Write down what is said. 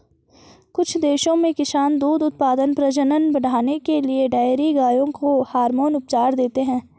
कुछ देशों में किसान दूध उत्पादन, प्रजनन बढ़ाने के लिए डेयरी गायों को हार्मोन उपचार देते हैं